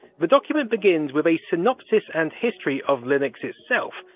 but document begins with a synopsis and history of linux itself,